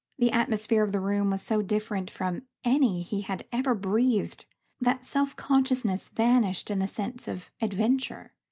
the atmosphere of the room was so different from any he had ever breathed that self-consciousness vanished in the sense of adventure.